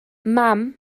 mam